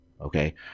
Okay